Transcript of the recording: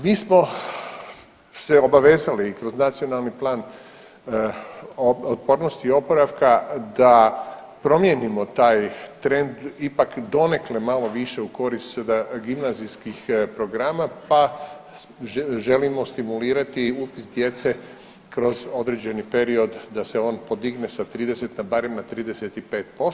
Mi smo se obavezali i kroz Nacionalni plan otpornosti i oporavka da promijenimo taj trend ipak donekle malo više u korist gimnazijskih programa, pa želimo stimulirati upis djece kroz određeni period da se on podigne na barem 35%